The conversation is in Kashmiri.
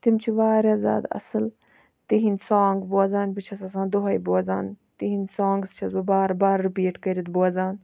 تِم چھِ واریاہ زیادٕ اَصٕل تِہِندۍ سونگ بوزان بہٕ چھَس آسان دُہٲے بوزان تِہندۍ سونگٕس چھس بہٕ بارٕ بارٕ رِپیٖٹ کٔرِتھ بوزان